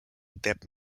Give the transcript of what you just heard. deb